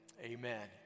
amen